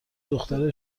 دختر